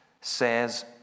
Says